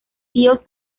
tíos